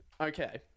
Okay